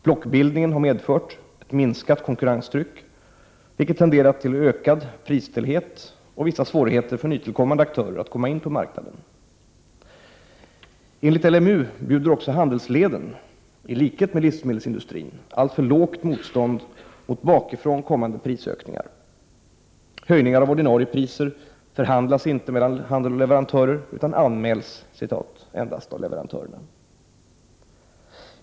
Blockbildningen har medfört ett minskat konkurrenstryck vilket tenderat till ökad prisstelhet och vissa svårigheter för nytillkommande aktörer att komma in på marknaden. Enligt LMU bjuder också handelsleden i likhet med livsmedelsindustrin alltför lågt motstånd mot bakifrån kommande prisökningar. Höjningar av ordinarie priser förhandlas inte mellan handel och leverantörer utan ”anmäls” endast av leverantörerna.